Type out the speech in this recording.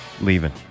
leaving